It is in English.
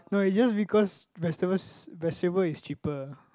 no it's just because vegetables vegetable is cheaper